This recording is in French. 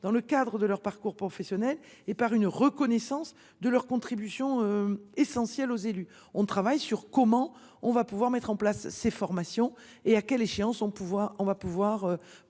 dans le cadre de leur parcours professionnel et par une reconnaissance de leur contribution essentielle aux élus. On travaille sur comment on va pouvoir mettre en place ces formations et à quelle échéance au pouvoir,